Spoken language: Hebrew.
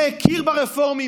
שהכיר ברפורמים,